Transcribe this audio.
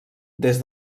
des